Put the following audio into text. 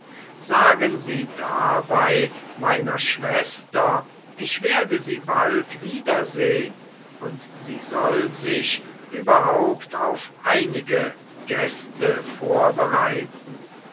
sagen sie dabei meiner schwester ich werde sie bald wiedersehen und sie soll sich überhaupt auf einige gäste vorbereiten